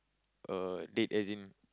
uh date as in